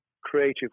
creative